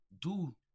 Dude